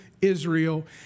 Israel